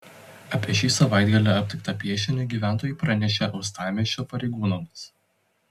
apie šį savaitgalį aptiktą piešinį gyventojai pranešė uostamiesčio pareigūnams